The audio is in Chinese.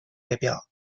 列表